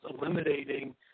eliminating